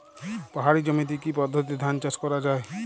পাহাড়ী জমিতে কি পদ্ধতিতে ধান চাষ করা যায়?